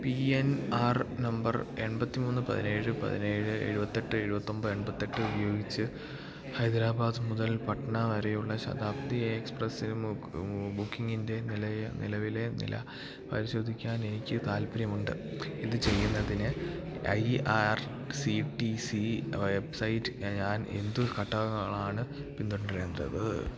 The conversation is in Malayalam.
പി എൻ ആർ നമ്പർ എൺപത്തി മൂന്ന് പതിനേഴ് പതിനേഴ് എഴുപത്തി എട്ട് എഴുപത്തി ഒൻപത് എൺപത്തി എട്ട് ഉപയോഗിച്ചു ഹൈദരാബാദ് മുതൽ പട്ന വരെയുള്ള ശദാബ്ദി എക്സ്പ്രസ്സിൽ ബുക്കിങ്ങിൻ്റെ നിലവിലെ നില പരിശോധിക്കാൻ എനിക്ക് താല്പര്യം ഉണ്ട് ഇതു ചെയ്യുന്നതിന് I R C T C website ഞാൻ എന്തു ഘട്ടങ്ങളാണ് പിന്തുടരേണ്ടത്